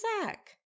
Zach